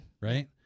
Right